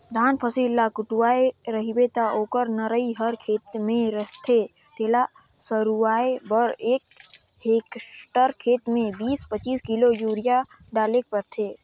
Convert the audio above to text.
धान फसिल ल कटुवाए रहबे ता ओकर नरई हर खेते में रहथे तेला सरूवाए बर एक हेक्टेयर खेत में बीस पचीस किलो यूरिया डालेक परथे